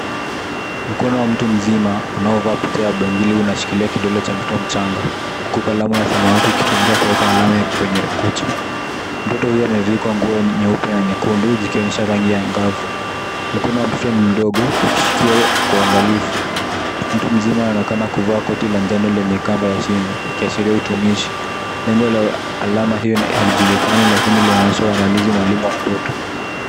Mkono wa mtu mzima unaovaa pete ya bangili unashikilia kidole cha mtoto mchanga huku kalamu ya samawati ikitumika kuweka alama kwenye kucha. Mtoto huyo amevikwa nguo nyeupe na nyekundu zikionyesha rangi angavu. Mkono wa mtoto ni mdogo uki shikiliwa kwa uangalifu. Mtu mzima anaonekana kuvaa koti la njano lenye kaba ya shingo ikiashiria utumishi. Lengo la alama hiyo halijulikani lakini linaonyesha uangalizi maalum wa mtoto.